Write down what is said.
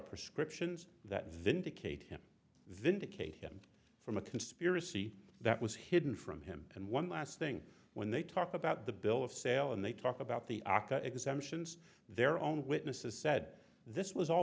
prescriptions that vindicate him vindicate him from a conspiracy that was hidden from him and one last thing when they talk about the bill of sale and they talk about the aca exemptions their own witnesses said this was all